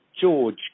George